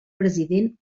president